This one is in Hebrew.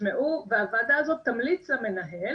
ישמעו והוועדה הזאת תמליץ למנהל